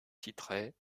titrait